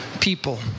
people